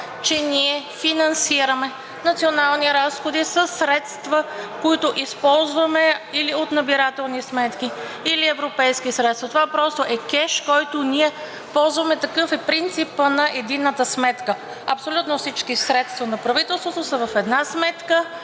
че ние финансираме национални разходи със средства, които използваме или от набирателни сметки, или от европейски средства. Това просто е кеш, който ние ползваме, такъв е принципът на единната сметка. Абсолютно всички средства на правителството са в една сметка